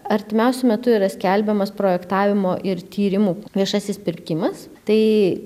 artimiausiu metu yra skelbiamas projektavimo ir tyrimų viešasis pirkimas tai